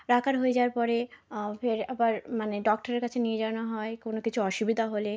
রাখা হয়ে যাওয়ার পরে ফের আবার মানে ডক্টরের কাছে নিয়ে যাওয়ানো হয় কোনো কিছু অসুবিধা হলে